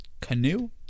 canoe